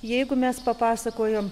jeigu mes papasakojom